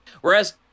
Whereas